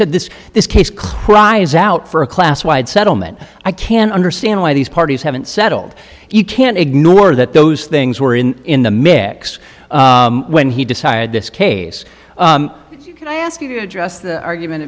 said this this case close why is out for a class wide settlement i can understand why these parties haven't settled you can't ignore that those things were in in the mix when he decide this case you can i ask you to address the argument